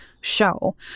show